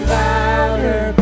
louder